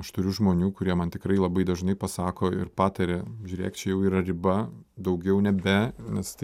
aš turiu žmonių kurie man tikrai labai dažnai pasako ir pataria žiūrėk čia jau yra riba daugiau nebe nes tai